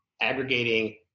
aggregating